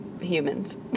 humans